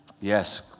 Yes